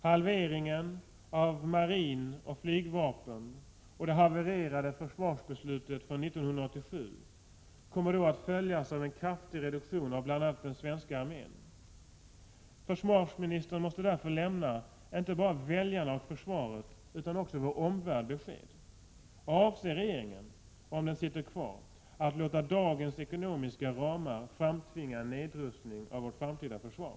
Halveringen av marin och flygvapen och det havererade försvarsbeslutet från 1987 kommer då att följas av en kraftig reduktion av bl.a. den svenska armén. Försvarsministern måste därför lämna inte bara väljarna och försvaret utan också vår omvärld besked: Avser regeringen — om den sitter kvar — att låta dagens ekonomiska ramar framtvinga en nedrustning av vårt framtida försvar?